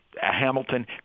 Hamilton